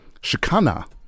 Shikana